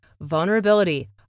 vulnerability